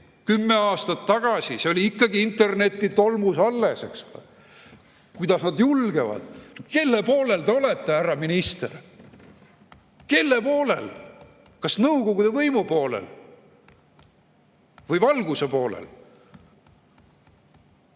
kümme aastat tagasi, see oli ikka internetitolmus alles. Kuidas nad julgevad?! Kelle poolel te olete, härra minister? Kelle poolel? Kas Nõukogude võimu poolel või valguse poolel?